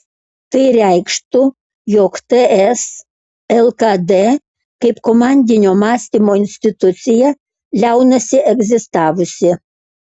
tai reikštų jog ts lkd kaip komandinio mąstymo institucija liaunasi egzistavusi